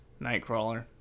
nightcrawler